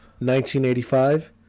1985